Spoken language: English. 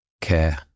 care